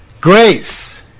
Grace